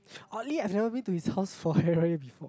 oddly I have never been to his house for Hari-Raya